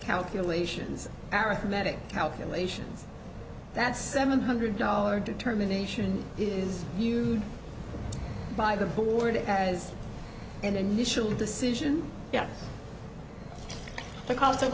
calculations arithmetic calculations that's seven hundred dollars determination is used by the board as an initial decision yeah the cost of